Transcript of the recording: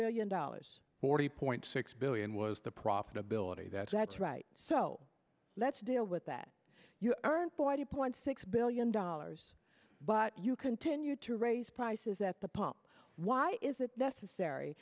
to dollars forty point six billion was the profitability that's right so let's deal with that you earned forty point six billion dollars but you continue to raise prices at the pump why is it necessary